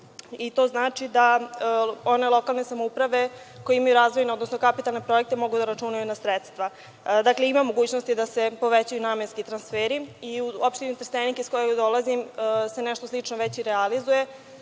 i to znači da one lokalne samouprave koje imaju razvojne, odnosno kapitalne projekte mogu da računaju na sredstva. Dakle, ima mogućnosti da se povećaju namenski transferi.U opštini Trstenik, iz koje dolazim, se nešto slično već i realizuje.